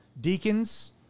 deacons